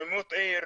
אלימות בעיר,